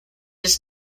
its